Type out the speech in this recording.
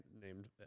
named